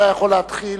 אתה יכול להתחיל,